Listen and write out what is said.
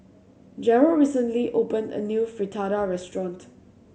Jerrell recently opened a new Fritada restaurant